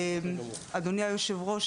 אדוני היושב ראש,